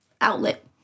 outlet